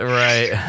right